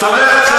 זאת אומרת,